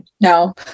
No